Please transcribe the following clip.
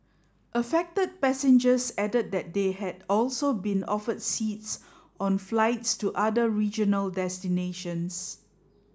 affected passengers added that they had also been offered seats on flights to other regional destinations